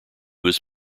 was